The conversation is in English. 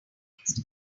text